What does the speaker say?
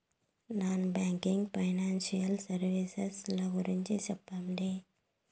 Non banking financial services ల గురించి సెప్పండి?